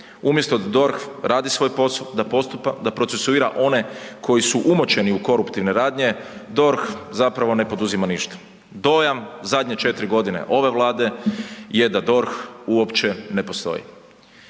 Umjesto da DORH radi svoj posao, da procesuira one koji su umočeni u koruptivne radnje, DORH zapravo ne poduzima ništa. Dojam zadnje četiri godine ove Vlade je da DORH uopće ne postoji.